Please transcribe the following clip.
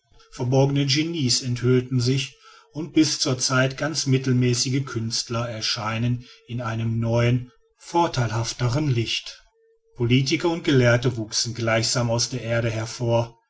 verborgene genies enthüllten sich und bis zur zeit ganz mittelmäßige künstler erschienen in einem neuen vortheilhafteren licht politiker und gelehrte wuchsen gleichsam aus der erde hervor